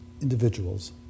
individuals